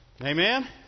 Amen